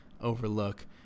overlook